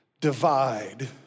divide